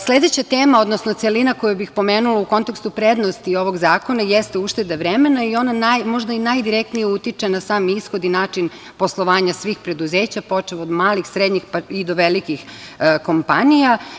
Sledeća tema, odnosno celina koju bih pomenula u kontekstu prednosti ovog zakona jeste ušteda vremena i ona možda najdirektnije utiče na sam ishod i način poslovanja svih preduzeća, počev od malih, srednjih i do velikih kompanija.